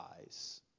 eyes